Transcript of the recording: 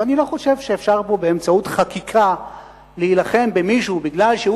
ואני לא חושב שאפשר באמצעות חקיקה להילחם במישהו ומשום שהוא